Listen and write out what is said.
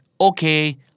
Okay